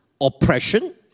oppression